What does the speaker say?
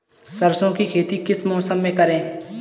सरसों की खेती किस मौसम में करें?